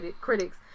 critics